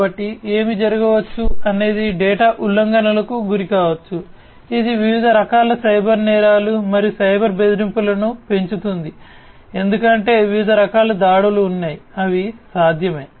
కాబట్టి ఏమి జరగవచ్చు అనేది డేటా ఉల్లంఘనలకు గురి కావచ్చు ఇది వివిధ రకాల సైబర్ నేరాలు మరియు సైబర్ బెదిరింపులను పెంచుతుంది ఎందుకంటే వివిధ రకాల దాడులు ఉన్నాయి అవి సాధ్యమే